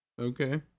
okay